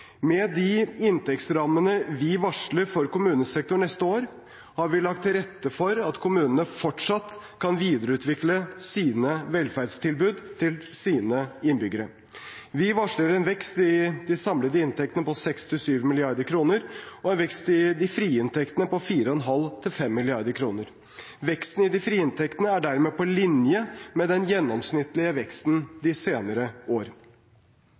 Med de inntektsrammene vi varsler for kommunesektoren neste år, har vi lagt til rette for at kommunene fortsatt kan videreutvikle sine velferdstilbud til sine innbyggere. Vi varsler en vekst i de samlede inntektene på 6–7 mrd. kr og en vekst i de frie inntektene på 4,5–5 mrd. kr. Veksten i de frie inntektene er dermed på linje med den gjennomsnittlige veksten de senere år.